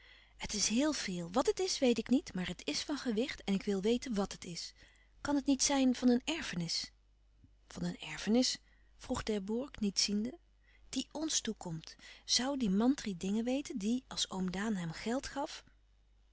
het is heel veel wat het is weet ik niet maar het is van gewicht en ik wil weten wàt het is kan het niet zijn van een erfenis van een erfenis vroeg d'herbourg niet ziende die ons toekomt zoû die mantri dingen weten die als oom daan hem geld gaf